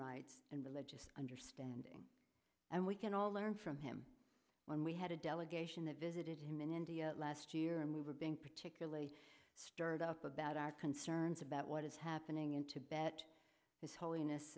rights and religious understanding and we can all learn from him when we had a delegation that visited him in india last year and we were being particularly stirred up about our concerns about what is happening in tibet his holiness